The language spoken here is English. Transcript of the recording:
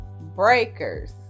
breakers